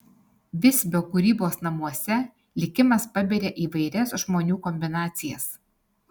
visbio kūrybos namuose likimas paberia įvairias žmonių kombinacijas